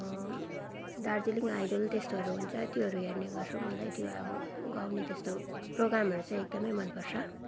Darjeeling idol त्यस्तोहरू हुन्छ त्योहरू हेर्ने गर्छु मलाई त्यो अब गाउने त्यस्तो प्रोग्रामहरू चाहिँ एकदम मन पर्छ